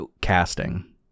casting